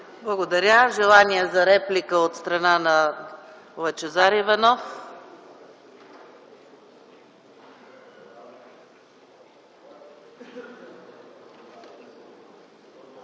Благодаря. Желание за реплика от страна на Лъчезар Иванов.